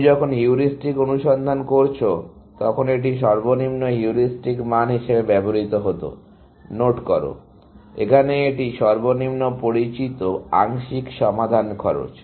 আপনি যখন হিউরিস্টিক অনুসন্ধান করছেন তখন এটি সর্বনিম্ন হিউরিস্টিক মান হিসেবে ব্যবহৃত হত নোট করুন এখানে এটি সর্বনিম্ন পরিচিত আংশিক সমাধান খরচ